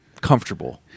comfortable